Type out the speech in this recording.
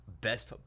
best